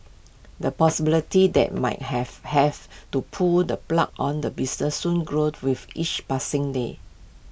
the possibility that might have have to pull the plug on the business soon grow with each passing day